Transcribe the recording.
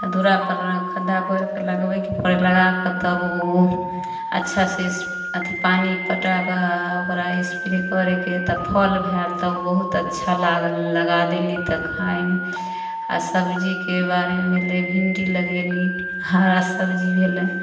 दुरा पर खद्दा कोरि कऽ लगबैके परै लगा कऽ तब ओ अच्छा से अथी पानि पटा कऽ ओकरा स्प्रे करैके हइ तऽ फल भेल तऽ ओ बहुत अच्छा लागल लगा देली तऽ खायमे आ सब्जीके बारेमे भेलै भिंडी लगेली हरा सब्जी भेलै